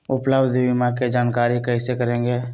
उपलब्ध बीमा के जानकारी कैसे करेगे?